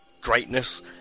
greatness